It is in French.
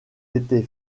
était